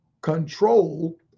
control